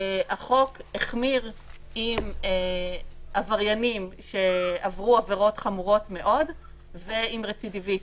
החוק החמיר עם עבריינים שעברו עבירות חמורות מאוד ועם רצידיוויסטים.